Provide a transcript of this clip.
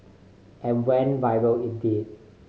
and went viral it did